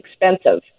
expensive